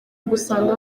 gusanga